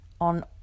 on